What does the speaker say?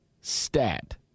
stat